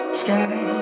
sky